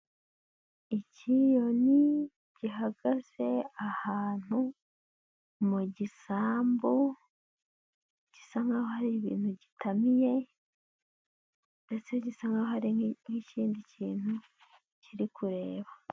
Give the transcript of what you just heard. Ikiyoni gihagaze ahantu mu gisambu, gisa nkaho hari ibintu gitamiye ndetse gisa nkaho nk'ikindi kintu kiri kureba.